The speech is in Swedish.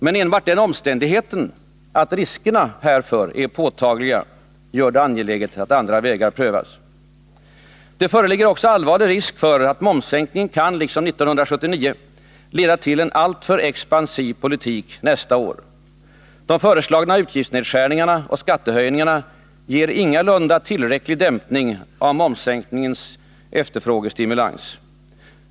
Men enbart den omständigheten att riskerna härför är påtagliga, gör det angeläget att andra vägar prövas. Det föreligger också allvarlig risk för att momssänkningen kan — liksom 1979 — leda till en alltför expansiv politik nästa år. De föreslagna utgiftsnedskärningarna och skattehöjningarna ger ingalunda tillräcklig dämpning av momssänkningens efterfrågestimulans.